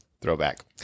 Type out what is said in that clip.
throwback